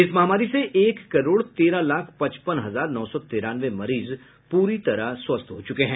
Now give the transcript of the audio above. इस महामारी से एक करोड़ तेरह लाख पचपन हजार नौ सौ तिरानवे मरीज पूरी तरह स्वस्थ हो चुके हैं